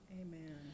Amen